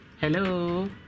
Hello